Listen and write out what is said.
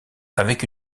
avec